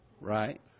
Right